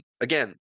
again